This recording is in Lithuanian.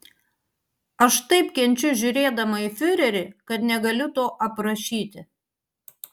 aš taip kenčiu žiūrėdama į fiurerį kad negaliu to aprašyti